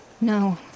No